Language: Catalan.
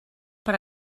per